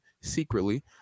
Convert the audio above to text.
secretly